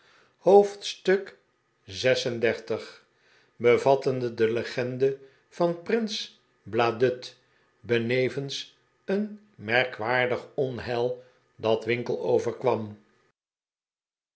hoofdstuk xxxvi bevattende de legende van prins bladud benevens een merkwaardig onheil dat winkle overkwam